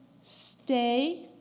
stay